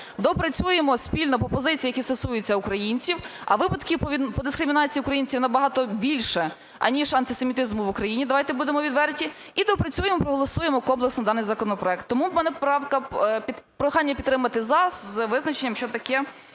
доопрацюємо спільно по позиціям, які стосуються українців, а випадків по дискримінації українців набагато більше, аніж антисемітизму в Україні, давайте будемо відверті, і доопрацюємо, проголосуємо комплексно даний законопроект. Тому мою правку прохання підтримати "за" з визначенням, що таке